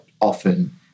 often